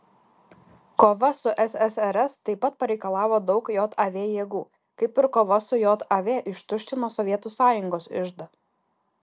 kova su ssrs taip pat pareikalavo daug jav jėgų kaip ir kova su jav ištuštino sovietų sąjungos iždą